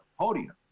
podium